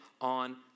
on